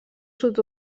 sud